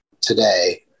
today